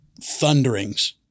Thunderings